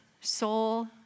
soul